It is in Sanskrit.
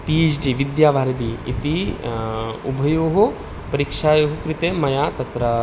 पि एच् डि विद्यावारिधिः इति उभयोः परिक्षयोः कृते मया तत्र